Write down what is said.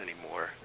anymore